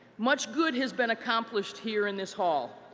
much good has been accomplished here in this hall.